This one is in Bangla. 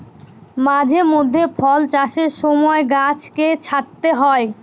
মাঝে মধ্যে ফল চাষের সময় গাছকে ছাঁটতে হয়